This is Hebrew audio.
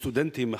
סטודנטים,